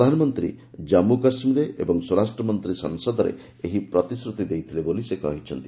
ପ୍ରଧାନମନ୍ତ୍ରୀ ଜାନ୍ଗୁ କାଶ୍ମୀରରେ ଏବଂ ସ୍ୱରାଷ୍ଟ୍ରମନ୍ତ୍ରୀ ସଂସଦରେ ଏହି ପ୍ରତିଶୃତି ଦେଇଥିଲେ ବୋଲି ସେ କହିଛନ୍ତି